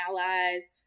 allies